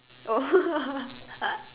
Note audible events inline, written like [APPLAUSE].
oh [LAUGHS]